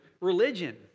religion